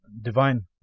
divine